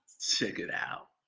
check it out.